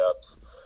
steps